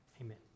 amen